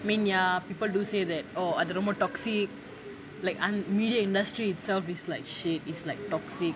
I mean ya people do say that orh அது ரொம்ப:athu romba toxic like un~ media industry itself is like shit is like toxic